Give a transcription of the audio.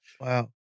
wow